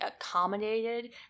accommodated